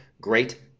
Great